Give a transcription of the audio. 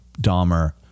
Dahmer